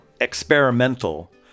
experimental